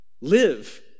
Live